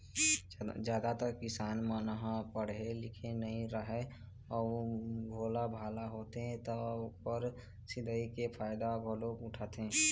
जादातर किसान मन ह पड़हे लिखे नइ राहय अउ भोलाभाला होथे त ओखर सिधई के फायदा घलोक उठाथें